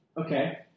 Okay